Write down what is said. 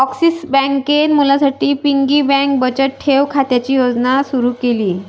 axis बँकेत मुलांसाठी piggy bank बचत ठेव खात्याची योजना सुरू केली